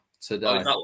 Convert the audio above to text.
today